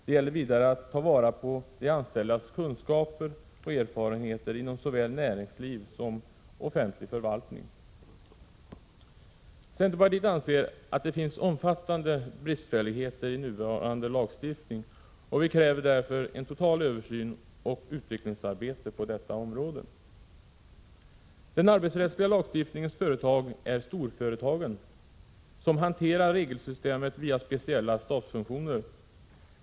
Det gäller vidare att ta vara på de anställdas kunskaper och erfarenheter inom såväl näringsliv som offentlig förvaltning. Centerpartiet anser att det finns omfattande bristfälligheter i nuvarande lagstiftning, och vi kräver därför en total översyn och utvecklingsarbete på detta område. Den arbetsrättsliga lagstiftningens företag är storföretagen som hanterar regelsystemet via speciella stabsfunktioner.